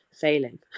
failing